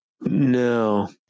no